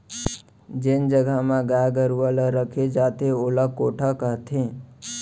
जेन जघा म गाय गरूवा ल रखे जाथे ओला कोठा कथें